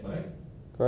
ya ya